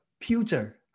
future